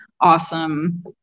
awesome